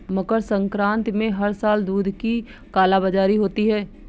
मकर संक्रांति में हर साल दूध की कालाबाजारी होती है